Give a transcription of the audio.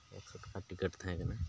ᱮᱠᱥᱚ ᱴᱟᱠᱟ ᱴᱤᱠᱤᱴ ᱛᱟᱦᱮᱸ ᱠᱟᱱᱟ